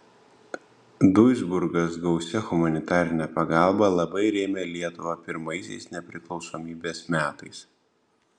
duisburgas gausia humanitarine pagalba labai rėmė lietuvą pirmaisiais nepriklausomybės metais